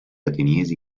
ateniesi